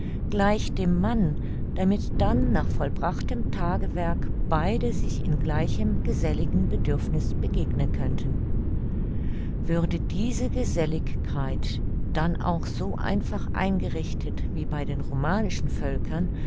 gleich dem mann damit dann nach vollbrachtem tagewerk beide sich in gleichem geselligen bedürfniß begegnen könnten würde diese geselligkeit dann auch so einfach eingerichtet wie bei den romanischen völkern